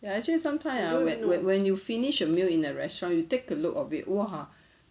actually sometimes ah when when you finish your meal in a restaurant you take a look of it !wah!